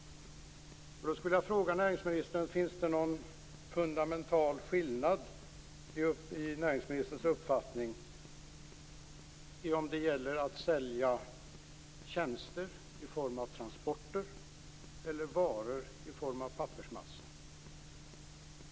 Då skulle jag vilja fråga om det enligt näringsministerns uppfattning finns någon fundamental skillnad mellan att sälja tjänster i form av transporter och att sälja varor i form av pappersmassa.